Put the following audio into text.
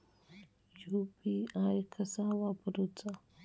UPI कसा वापरूचा?